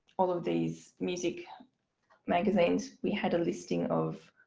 all of these music magazines we had a listing of